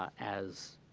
as